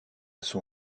son